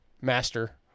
master